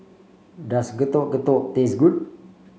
does Getuk Getuk taste good